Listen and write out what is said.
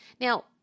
Now